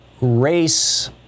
race